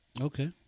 Okay